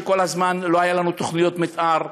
כל הזמן לא היו לנו תוכניות מתאר,